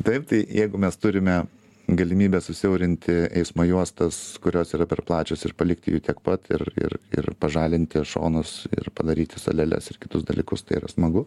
taip tai jeigu mes turime galimybę susiaurinti eismo juostas kurios yra per plačios ir palikti jų tiek pat ir ir ir pažalinti šonus ir padaryti saleles ir kitus dalykus tai yra smagu